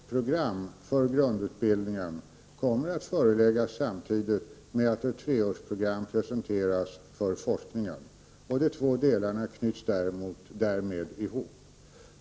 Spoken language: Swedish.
Herr talman! Ett treårsprogram för grundutbildningen kommer att föreläggas riksdagen samtidigt med att ett treårsprogram för forskningen presenteras. De två delarna knyts därigenom ihop.